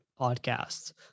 podcasts